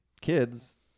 kids